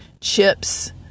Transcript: chips